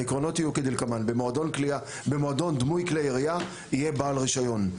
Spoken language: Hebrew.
העקרונות יהיו כדלקמן: במועדון דמוי כלי ירייה יהיה בעל רישיון.